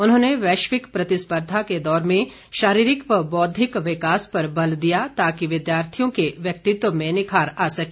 उन्होंने वैश्विक प्रतिस्पर्धा के दौर में शारीरिक व बौद्विक विकास पर बल दिया ताकि विद्यार्थी के व्यक्तित्व में निखार आ सके